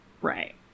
Right